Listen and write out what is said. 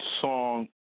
song